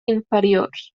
inferiors